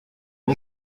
une